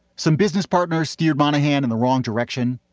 some business partners steered monahan in the wrong direction.